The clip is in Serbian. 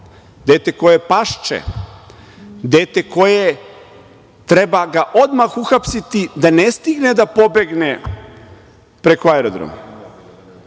dete koje je pašče, dete koje treba odmah uhapsiti da ne stigne da pobegne preko aerodroma.